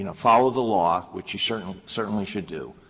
and follow the law, which you certainly certainly should do,